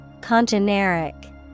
Congeneric